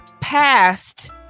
past